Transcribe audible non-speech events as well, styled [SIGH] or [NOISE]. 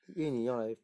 [LAUGHS]